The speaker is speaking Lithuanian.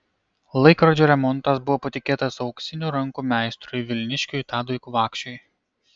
laikrodžio remontas buvo patikėtas auksinių rankų meistrui vilniškiui tadui kvakšiui